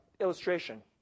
illustration